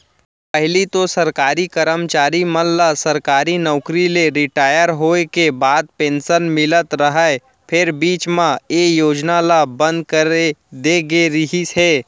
पहिली तो सरकारी करमचारी मन ल सरकारी नउकरी ले रिटायर होय के बाद पेंसन मिलत रहय फेर बीच म ए योजना ल बंद करे दे गे रिहिस हे